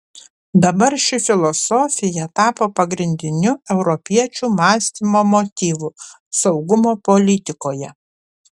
dabar ši filosofija tapo pagrindiniu europiečių mąstymo motyvu saugumo politikoje